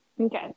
Okay